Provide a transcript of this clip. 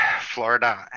Florida